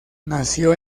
nació